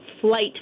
flight